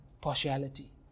partiality